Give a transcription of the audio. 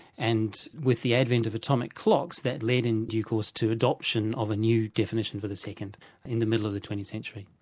and with the advent of atomic clocks that led in due course to adoption of a new definition for the second in the middle of the twentieth century.